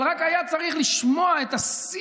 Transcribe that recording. אבל רק היה צריך לשמוע את השיח,